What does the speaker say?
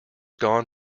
gone